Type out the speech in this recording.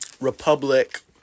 Republic